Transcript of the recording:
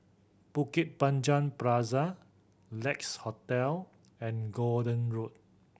Bukit Panjang Plaza Lex Hotel and Gordon Road